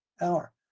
hour